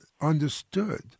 understood